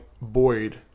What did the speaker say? Boyd